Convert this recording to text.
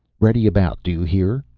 ready about, do you hear?